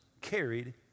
carried